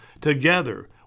Together